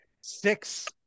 six